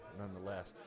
nonetheless